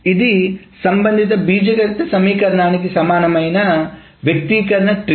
ఇది సంబంధిత బీజగణిత సమీకరణానికి సమానమైన వ్యక్తీకరణ ట్రీ